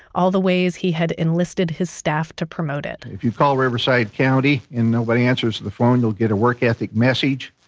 all the ways he had enlisted his staff to promote it if you call riverside county and nobody answers the phone, they'll get a work ethic message.